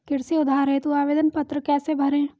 कृषि उधार हेतु आवेदन पत्र कैसे भरें?